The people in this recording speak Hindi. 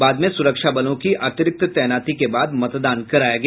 बाद में सुरक्षा बलों की अतिरिक्त तैनाती के बाद मतदान कराया गया